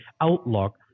outlook